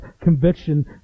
conviction